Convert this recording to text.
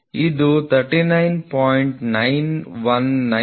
ಇದು 39